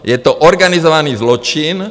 Je to organizovaný zločin.